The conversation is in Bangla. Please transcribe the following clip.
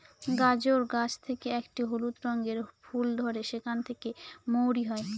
গাজর গাছ থেকে একটি হলুদ রঙের ফুল ধরে সেখান থেকে মৌরি হয়